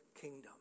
kingdom